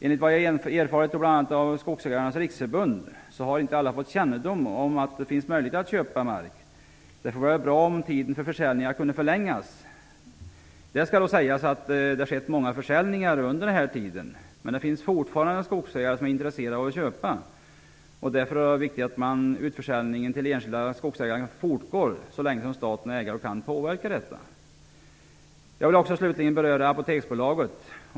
Enligt vad jag erfarit, bl.a. av Skogsägarnas riksförbund, har inte alla fått kännedom om att det finns möjlighet att köpa mark. Därför vore det bra om tiden för försäljning kunde förlängas. Det skall då sägas att det skett många försäljningar under den här tiden. Men det finns fortfarande skogsägare som är intresserade av att köpa. Därför är det viktigt att utförsäljningen till enskilda skogsägare fortgår så länge som staten är ägare och kan påverka detta. Jag vill också slutligen beröra en fråga som rör Apoteksbolaget.